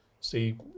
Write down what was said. see